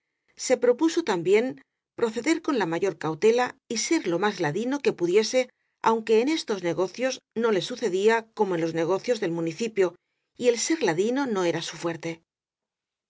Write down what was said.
se propuso también proceder con la mayor cautela y ser lo más ladino que pudiese aunque en estos negocios no le sucedía como en los negocios del municipio y el ser ladino no era su fuerte